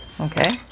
Okay